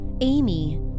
Amy